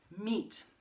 meat